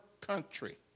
country